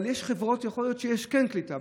אבל יש חברות, שיכול להיות שיש להן קליטה.